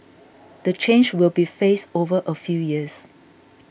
the change will be phased over a few years